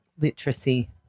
literacy